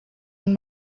and